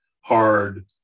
hard